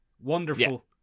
Wonderful